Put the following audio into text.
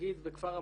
נגיד בכפר המכביה,